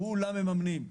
כולם מממנים.